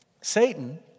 Satan